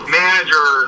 manager